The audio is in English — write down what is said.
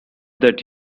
that